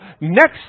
next